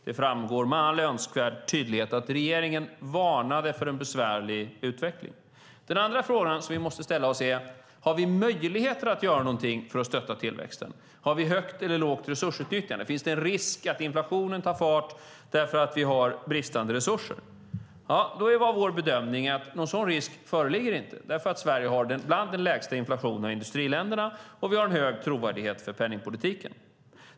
Det framgår med all önskvärd tydlighet att regeringen varnade för en besvärlig utveckling. Det andra frågan som vi måste ställa oss är: Har vi möjligheter att göra något för att stötta tillväxten? Har vi högt eller lågt resursutnyttjande? Finns det en risk att inflationen tar fart därför att vi har bristande resurser? Vår bedömning var att det inte förelåg någon sådan risk, eftersom Sverige är bland de industriländer som har lägst inflation och har hög trovärdighet för penningpolitiken.